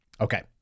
Okay